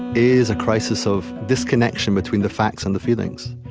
is a crisis of disconnection between the facts and the feelings.